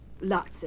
Lots